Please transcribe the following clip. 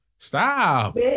Stop